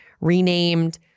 renamed